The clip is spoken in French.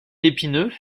épineux